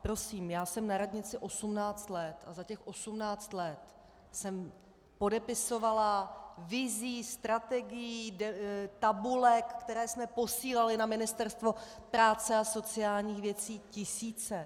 Prosím, já jsem na radnici 18 let a za těch 18 let jsem podepisovala vizí, strategií, tabulek, které jsme posílali na Ministerstvo práce a sociálních věcí, tisíce.